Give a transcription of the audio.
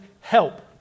help